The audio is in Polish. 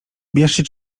bierzcie